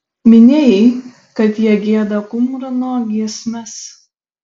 minėjai kad jie gieda kumrano giesmes